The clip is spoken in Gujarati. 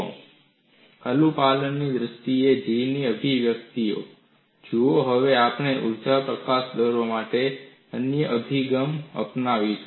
Expression of G in terms of compliance અનુપાલનની દ્રષ્ટિએ G ની અભિવ્યક્તિ જુઓ હવે આપણે ઊર્જા પ્રકાશન દર માટે અન્ય અભિગમ અપનાવીશું